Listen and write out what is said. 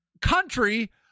country